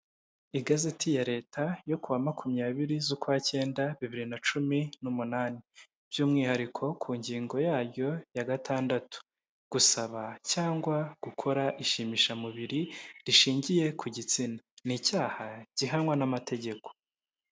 Igazeti ya leta yo kuwa makumyabiri z'ukwa kenda bibiri na cumi n'umunani by'umwihariko ku ngingo yaryo ya gatandatu gusaba cyangwa gukora ishimishamubiri rishingiye ku gitsina, ni icyaha gihanwa n'amategeko.